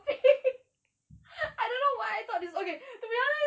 beach hopping I don't why I thought it's okay to be honest